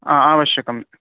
आ आवश्यकम्